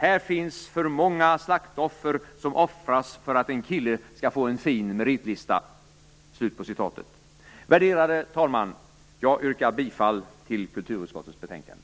Här finns för många slaktoffer som offras för att en kille skall få en fin meritlista." Värderade talman! Jag yrkar bifall till hemställan i kulturutskottets betänkande.